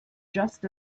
just